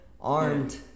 armed